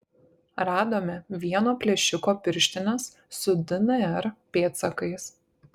radome vieno plėšiko pirštines su dnr pėdsakais